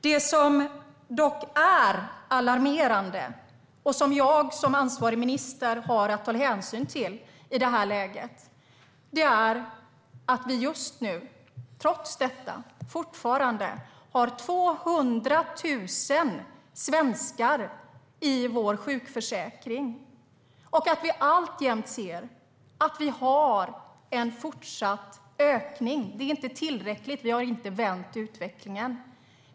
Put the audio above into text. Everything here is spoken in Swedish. Det som dock är alarmerande och som jag som ansvarig minister har att ta hänsyn till i det här läget är att vi just nu, trots detta, fortfarande har 200 000 svenskar i vår sjukförsäkring och att vi alltjämt ser en ökning. Det är alltså inte tillräckligt. Vi har inte vänt utvecklingen.